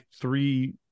three